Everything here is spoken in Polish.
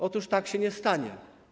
Otóż tak się nie stanie.